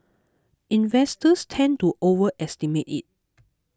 investors tend to overestimate it